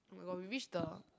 we reach the